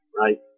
right